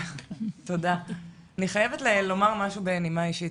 אני חייבת לומר משהו בנימה אישית.